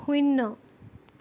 শূন্য